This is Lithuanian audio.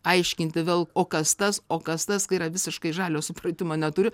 aiškinti vėl o kas tas o kas tas kai yra visiškai žalio supratimo neturiu